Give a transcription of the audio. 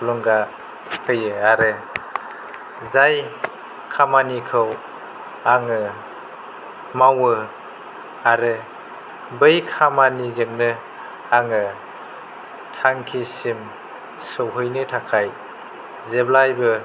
थुलुंगा होफैयो आरो जाय खामानिखौ आङो मावयो आरो बै खामानिजोंनो आङो थांखिसिम सहैनो थाखाय जेब्लायबो